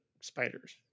spiders